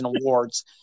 awards